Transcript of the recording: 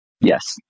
Yes